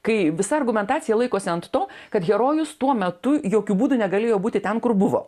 kai visa argumentacija laikosi ant to kad herojus tuo metu jokiu būdu negalėjo būti ten kur buvo